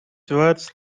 verse